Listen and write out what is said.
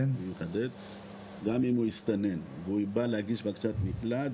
גם הוא הסתנן והוא בא להגיש בקשת מקלט,